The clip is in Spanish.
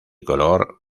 color